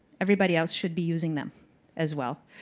everybody else should be using them as well.